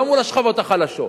לא מול השכבות החלשות.